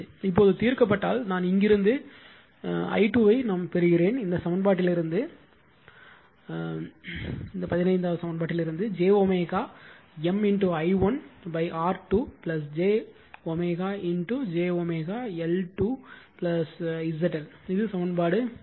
இப்போது தீர்க்கப்பட்டால் நான் இங்கிருந்து i2 பெறுகிறேன் இந்த சமன்பாட்டிலிருந்து 15 j M i1 R2 j j L2 ZL இது சமன்பாடு 16